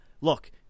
look